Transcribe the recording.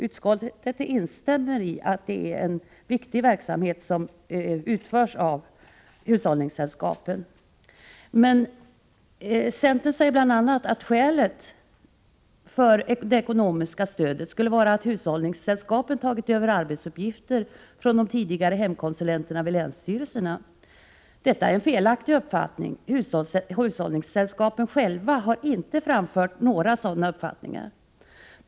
Utskottet instämmer i att det är en viktig verksamhet som utförs av hushållningssällskapen. Centern säger bl.a. att skälet för ekonomiskt stöd skulle vara att hushållningssällskapen har tagit över arbetsuppgifter från de tidigare hemkonsulenterna vid länsstyrelserna. Detta är en felaktig uppfattning. Hushållningssällskapen har inte själva framfört några sådana synpunkter.